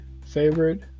favorite